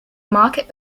market